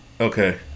Okay